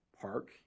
Park